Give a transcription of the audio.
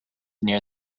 near